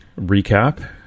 recap